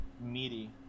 meaty